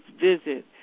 visit